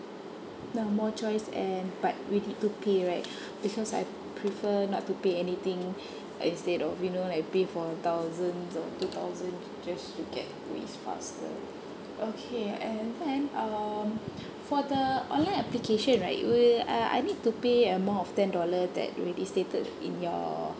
now more choice and but we need to pay right because I prefer not to pay anything instead of you know like pay for thousands or two thousand just to get ways faster okay and then um for the online application right will uh I need to pay amount of ten dollar that already stated in your